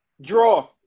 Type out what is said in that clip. Draw